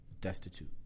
destitute